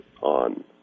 on